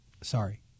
Sorry